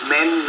Men